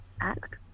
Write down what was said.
act